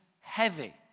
heavy